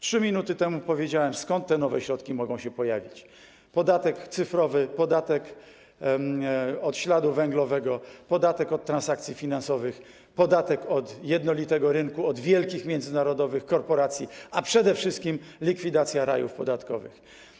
3 minuty temu powiedziałem, skąd te nowe środki mogą się pojawić: podatek cyfrowy, podatek od śladu węglowego, podatek od transakcji finansowych, podatek od jednolitego rynku, od wielkich międzynarodowych korporacji, a przede wszystkim likwidacja rajów podatkowych.